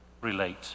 relate